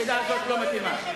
השאלה הזאת לא מתאימה.